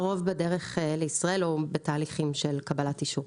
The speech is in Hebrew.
הרוב בדרך לישראל, או בתהליכים של קבלת אישור.